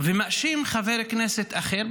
ומאשים חבר כנסת אחר,